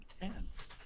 intense